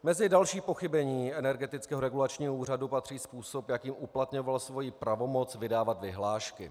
Mezi další pochybení Energetického regulačního úřadu patří způsob, jakým uplatňoval svoji pravomoc vydávat vyhlášky.